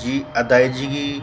जी अदाइगी